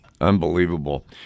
Unbelievable